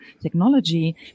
technology